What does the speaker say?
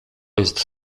jest